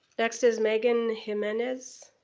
next is megan jimenez.